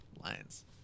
lions